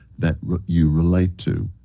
that you relate to.